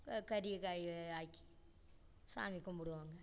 க கறி காய்கறி ஆக்கி சாமி கும்பிடுவோங்க